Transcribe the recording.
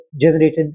generated